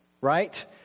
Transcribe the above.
Right